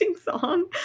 song